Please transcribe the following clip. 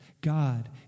God